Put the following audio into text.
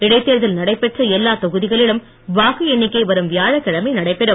இடைத்தேர்தல் நடைபெற்ற எல்லா தொகுதிகளிலும் வாக்கு எண்ணிக்கை வரும் வியாழக்கிழமை நடைபெறும்